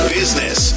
business